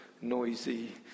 noisy